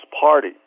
party